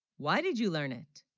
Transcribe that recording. why, did you learn it